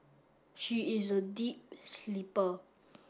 she is a deep sleeper